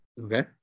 Okay